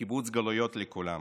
קיבוץ גלויות לכולם,